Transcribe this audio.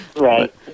Right